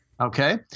Okay